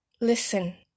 Listen